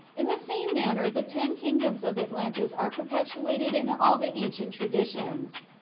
in the same manner the ten kingdoms of atlantis are perpetuated in all the ancient traditions.